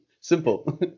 simple